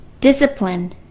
discipline